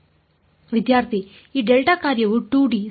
ವಿದ್ಯಾರ್ಥಿ ಈ ಡೆಲ್ಟಾ ಕಾರ್ಯವು 2 ಡಿ ಸರಿ